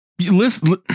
listen